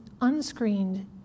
unscreened